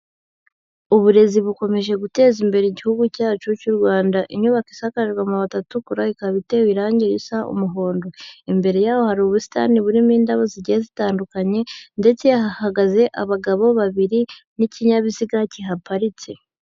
Uburezi bukomeje guteza imbere igihugu cyacu cy'u Rwanda, inyubako isakajwe amabati atukura, ikaba itewe irange risa umuhondo, imbere yaho hari ubusitani burimo indabo zigiye zitandukanye ndetse hahagaze abagabo babiri n'ikinyabiziga kihaparitse.